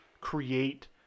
create